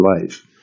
life